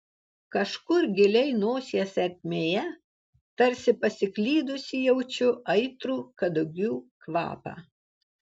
kažkur giliai nosies ertmėje tarsi pasiklydusį jaučiu aitrų kadugių kvapą